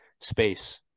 space